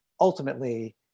ultimately